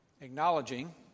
Acknowledging